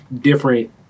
different